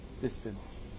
distance